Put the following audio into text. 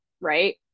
Right